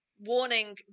warning